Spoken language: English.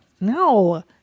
No